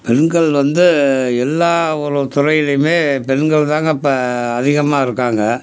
பெண்கள் வந்து எல்லா ஒரு துறைலையுமே பெண்கள் தான்ங்க இப்போ அதிகமாக இருக்காங்க